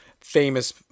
famous